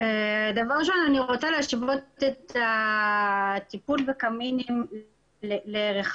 דבר ראשון אני רוצה להשוות את הטיפול בקמינים לרכבים.